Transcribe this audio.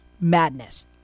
madness